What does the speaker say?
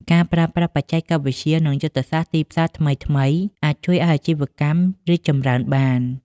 ការប្រើប្រាស់បច្ចេកវិទ្យា និងយុទ្ធសាស្ត្រទីផ្សារថ្មីៗ អាចជួយឱ្យអាជីវកម្មរីកចម្រើនបាន។